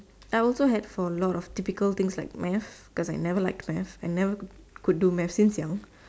I also had for a lot of typical things like math cause I never liked math I never could do math since young